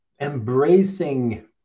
embracing